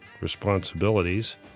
responsibilities